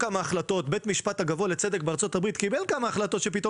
בית המשפט הגבוה לצדק בארצות הברית קיבל כמה החלטות שפתאום